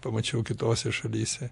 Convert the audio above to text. pamačiau kitose šalyse